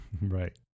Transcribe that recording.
Right